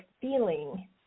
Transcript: feeling